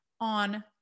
on